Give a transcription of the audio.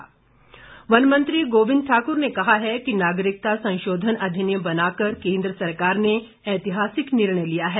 गोविंद ठाकुर वन मंत्री गोविंद ठाकुर ने कहा है कि नागरिकता संशोधन अधिनियम बनाकर केंद्र सरकार ने ऐतिहासिक निर्णय लिया है